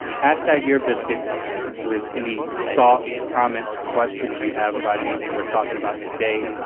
hashtag ear biscuits with any thoughts, comments, questions you have about anything we're talking about today.